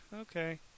okay